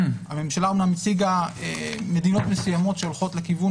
הממשלה אמנם הציגה מדינות מסוימות שהולכות בכיוון